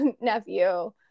nephew